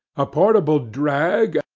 a portable drag,